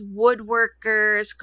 woodworkers